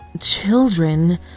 children